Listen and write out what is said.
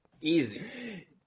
Easy